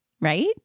Right